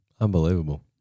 Unbelievable